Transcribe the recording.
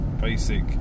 basic